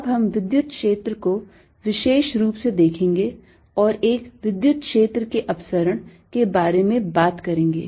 अब हम विद्युत क्षेत्र को विशेष रूप से देखेंगे और एक विद्युत क्षेत्र के अपसरण के बारे में बात करेंगे